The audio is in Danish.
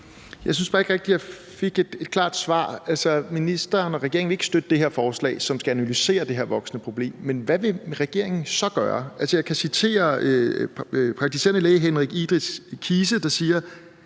Jeg synes bare ikke rigtig, jeg fik et klart svar. Altså, ministeren og regeringen vil ikke støtte det her forslag, som skal analysere det her voksende problem, men hvad vil regeringen så gøre? Jeg kan citere praktiserende læge Henrik Idriss Kise, der siger,